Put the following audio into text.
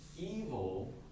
Evil